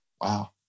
Wow